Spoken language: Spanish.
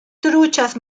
truchas